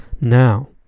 Now